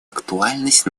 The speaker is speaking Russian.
актуальность